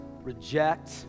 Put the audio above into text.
reject